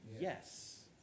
Yes